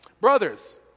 Brothers